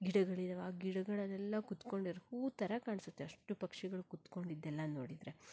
ಗಿಡಗಳಿದ್ದಾವ ಆ ಗಿಡಗಳಲ್ಲೆಲ್ಲ ಕುತ್ಕೊಂಡಿರೋ ಹೂ ಥರ ಕಾಣ್ಸತ್ತೆ ಅಷ್ಟು ಪಕ್ಷಿಗಳು ಕೂತ್ಕೊಂಡಿದ್ದೆಲ್ಲ ನೋಡಿದರೆ